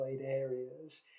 areas